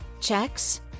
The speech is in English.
Checks